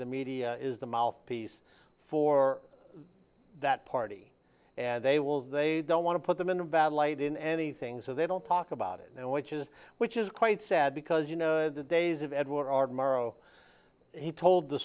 the media is the mouthpiece for that party and they will if they don't want to put them in a bad light in anything so they don't talk about it which is which is quite sad because you know the days of edward r murrow he told the